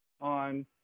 on